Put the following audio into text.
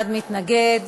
אחד מתנגד.